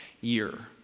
year